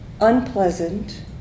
unpleasant